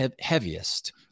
heaviest